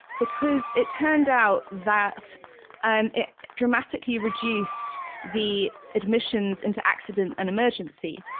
because it turned out that and it dramatically reduced the admissions into accident and emergency,